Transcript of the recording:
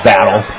battle